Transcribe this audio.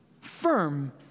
firm